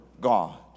God